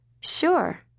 Sure